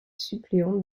suppléante